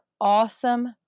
awesome